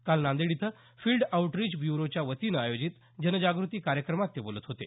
काल नांदेड इथं field outreach ब्यूरोच्या वतीनं आयोजित जनजागृती कार्यक्रमात ते बोलत होते